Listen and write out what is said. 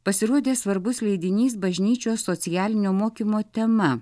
pasirodė svarbus leidinys bažnyčios socialinio mokymo tema